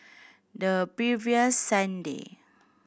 the previous Sunday